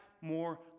more